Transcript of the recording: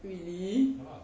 really